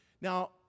Now